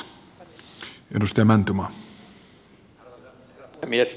arvoisa herra puhemies